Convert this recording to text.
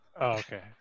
Okay